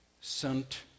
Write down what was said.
sent